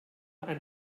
ein